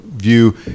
view